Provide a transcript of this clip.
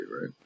right